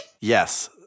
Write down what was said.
Yes